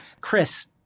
Chris